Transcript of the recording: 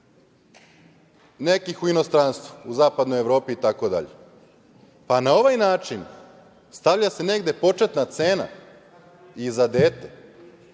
nekih u inostranstvu, u zapadnoj Evropi itd. Na ovaj način stavlja se negde početna cena i za dete.